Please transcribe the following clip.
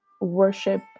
worship